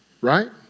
Right